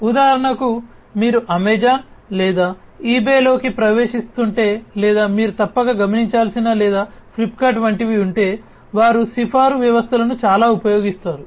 ఉదాహరణకు మీరు అమెజాన్ లేదా ఈబేలోకి ప్రవేశిస్తుంటే లేదా మీరు తప్పక గమనించిన లేదా ఫ్లిప్కార్ట్ వంటివి ఉంటే వారు సిఫారసు వ్యవస్థలను చాలా ఉపయోగిస్తారు